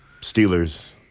Steelers